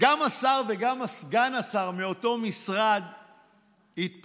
גם השר וגם סגן השר מאותו משרד התפטרו,